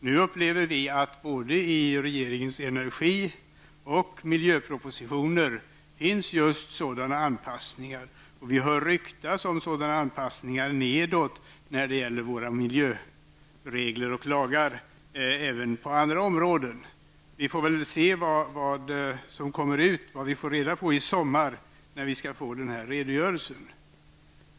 Vi upplever nu att det både i regeringens miljöproposition och energiproposition finns just sådana anpassningar, och vi hör ryktas om sådana anpassningar nedåt när det gäller våra miljöregler och även lagar på andra områden. Vi får väl se vad som kommer ut av detta och vad vi får reda på i sommar när vi får redogörelsen.